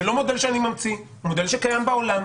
זה לא מודל שאני ממציא, הוא מודל שקיים בעולם.